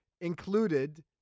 included